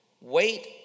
wait